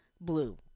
blue